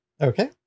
Okay